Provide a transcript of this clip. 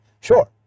sure